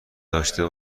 داشته